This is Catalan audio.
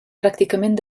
pràcticament